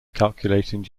calculating